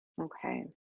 Okay